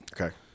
Okay